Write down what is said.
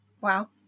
Wow